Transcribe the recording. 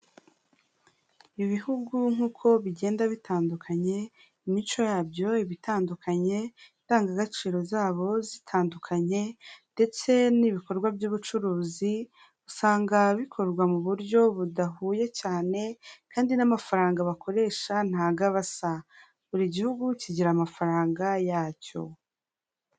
Ibihugu nk'uko bigenda bitandukanye, imico yabyo iba itandukanye, indangagaciro zabo zitandukanye ndetse n'ibikorwa by'ubucuruzi usanga bikorwa mu buryo budahuye cyane kandi n'amafaranga bakoresha ntago aba asa. Buri gihugu kigira amafaranga yacyo.